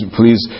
please